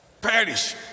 perish